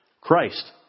Christ